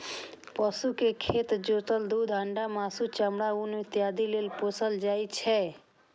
पशु कें खेत जोतय, दूध, अंडा, मासु, चमड़ा, ऊन इत्यादि लेल पोसल जाइ छै